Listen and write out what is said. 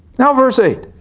now verse eight.